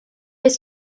was